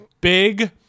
big